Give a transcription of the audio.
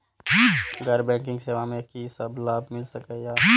गैर बैंकिंग सेवा मैं कि सब लाभ मिल सकै ये?